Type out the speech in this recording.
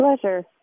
pleasure